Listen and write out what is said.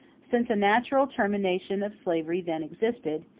since a natural termination of slavery then existed,